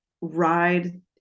ride